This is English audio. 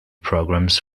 programs